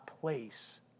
place